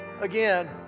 again